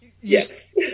Yes